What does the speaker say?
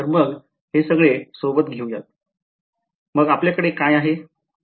तर मग हे सगळे सोबत घेऊयात मग आपल्याकडे काय आहे